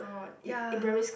ya